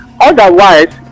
Otherwise